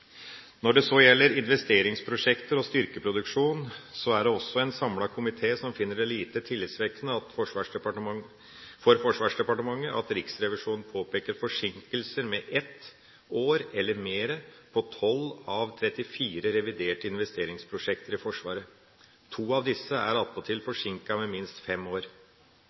Når det så gjelder investeringsprosjekter og styrkeproduksjon, er det også en samlet komité som finner det lite tillitvekkende for Forsvarsdepartementet at Riksrevisjonen påpeker forsinkelser med ett år eller mer på 12 av 34 reviderte investeringsprosjekter i Forsvaret. To av disse er attpåtil forsinket med minst fem år.